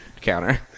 counter